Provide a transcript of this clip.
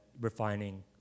refining